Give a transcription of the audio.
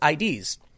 IDs